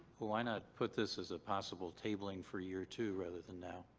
why not put this as a possible tabling for year two rather than now?